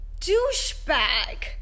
douchebag